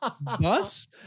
bus